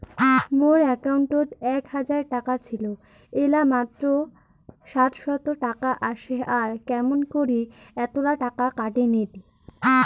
মোর একাউন্টত এক হাজার টাকা ছিল এলা মাত্র সাতশত টাকা আসে আর কেমন করি এতলা টাকা কাটি নিল?